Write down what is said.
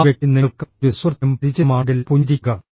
ആ വ്യക്തി നിങ്ങൾക്കും ഒരു സുഹൃത്തിനും പരിചിതമാണെങ്കിൽ പുഞ്ചിരിക്കുക